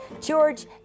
George